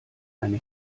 eine